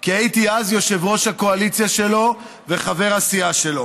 כי הייתי אז יושב-ראש הקואליציה שלו וחבר הסיעה שלו.